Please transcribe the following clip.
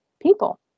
people